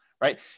right